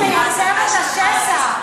הספר מייצר את השסע.